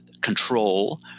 control